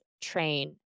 train